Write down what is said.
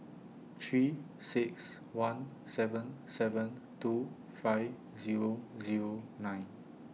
three six one seven seven two five Zero Zero nine